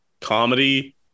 comedy